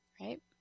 Right